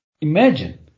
Imagine